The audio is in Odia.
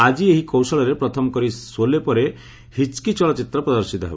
ଆଜି ଏହି କୌଶଳରେ ପ୍ରଥମକରି ସୋଲେ ପରେ ହିଚ୍କି ଚଳଚ୍ଚିତ୍ର ପ୍ରଦର୍ଶିତ ହେବ